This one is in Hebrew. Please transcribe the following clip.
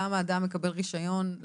למה אדם מקבל רישיון,